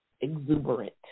exuberant